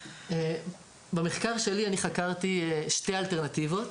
במחקר שלי אני חקרתי שתי אלטרנטיבות: